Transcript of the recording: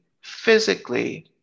physically